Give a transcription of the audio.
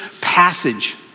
passage